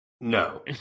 No